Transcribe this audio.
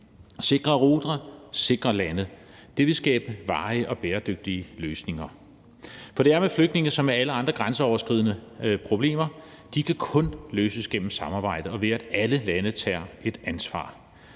Sikre ruter og sikre lande vil skabe varige og bæredygtige løsninger. For det er med flygtninge som med alle andre grænseoverskridende problemer: De kan kun løses gennem samarbejde, og ved at alle lande tager et ansvar.